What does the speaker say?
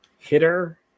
hitter